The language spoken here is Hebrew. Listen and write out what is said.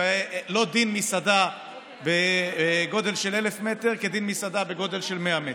לא דין מסעדה בגודל של 1,000 מטר כדין מסעדה בגודל 100 מטר,